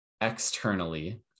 externally